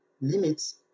limits